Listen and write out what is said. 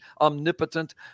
omnipotent